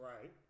Right